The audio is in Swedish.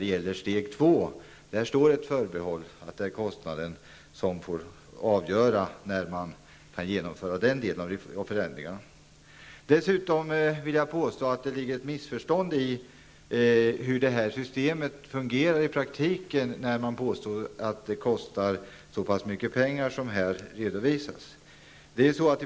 Beträffande steg 2 finns ett förbehåll om att det är kostnaden som avgör när den delen av förändringarna kan genomföras. När man säger att det kostar så pass mycket pengar som här redovisas vill jag dessutom påstå att det föreligger ett missförstånd om hur detta system fungerar i praktiken.